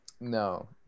No